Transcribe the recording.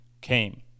came